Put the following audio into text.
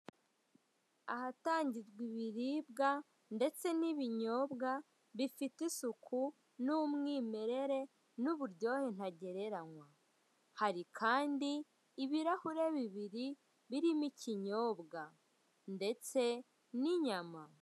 Ahatangirwa ibiribwa ndetse n'ibinyobwa bifite isuku n'umwimere n'uburyohe ntagereranywa. Hari kandi ibirahure bibiri birimo ikinyiobwa ndetse n'inyama.